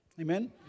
Amen